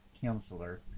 counselor